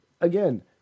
again